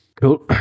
Cool